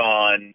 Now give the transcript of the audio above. on